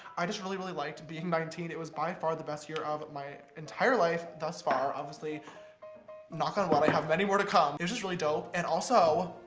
i just really, really liked being nineteen. it was by far the best year of my entire life thus far. obviously knock on wood, i have many more to come. it was just really dope, and also,